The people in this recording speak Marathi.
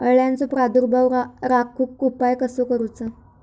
अळ्यांचो प्रादुर्भाव रोखुक उपाय कसो करूचो?